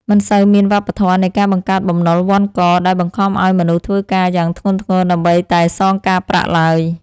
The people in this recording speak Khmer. មិនសូវមានវប្បធម៌នៃការបង្កើតបំណុលវណ្ឌកដែលបង្ខំឱ្យមនុស្សធ្វើការយ៉ាងធ្ងន់ធ្ងរដើម្បីតែសងការប្រាក់ឡើយ។